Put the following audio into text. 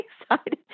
excited